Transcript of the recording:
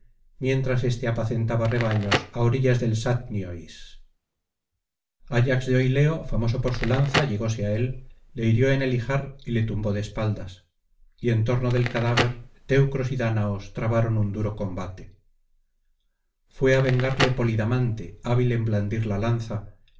mientras éste apacentaba rebaños á orillas del sátniois ayax de oileo famoso por su lanza llegóse á él le hirió en el ijar y le tumbó de espaldas y en torno del cadáver teucros y dáñaos trabaron un duro combate fué á vengarle polidamante hábil en blandir la lanza é